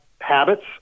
habits